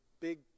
big